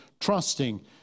trusting